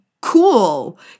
cool